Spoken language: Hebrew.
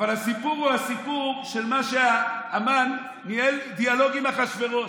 אבל הסיפור הוא הסיפור של מה שהמן ניהל דיאלוג עם אחשוורוש.